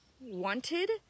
wanted